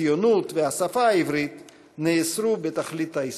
ציונות והשפה העברית נאסרו בתכלית האיסור.